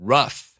Rough